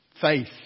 Faith